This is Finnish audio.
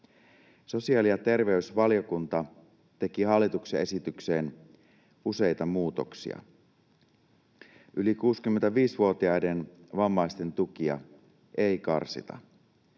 Sosiaali- ja terveysvaliokunta teki hallituksen esitykseen useita muutoksia. Yli 65-vuotiaiden vammaisten tukia ei karsita.